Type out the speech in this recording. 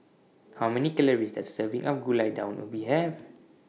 How Many Calories Does A Serving of Gulai Daun Ubi Have